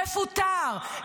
מפוטר,